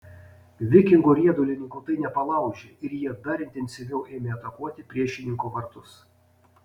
vikingo riedulininkų tai nepalaužė ir jie dar intensyviau ėmė atakuoti priešininko vartus